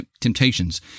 temptations